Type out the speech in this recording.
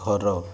ଘର